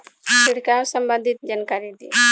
छिड़काव संबंधित जानकारी दी?